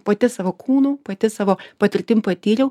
pati savo kūnu pati savo patirtim patyriau